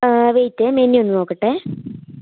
അപ്പോൾ ഇതെങ്ങനെയാണ് ഉണ്ടാക്കുന്നതൊക്കെ